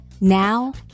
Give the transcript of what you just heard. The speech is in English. Now